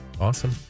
awesome